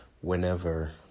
whenever